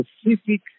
specific